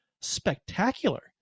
spectacular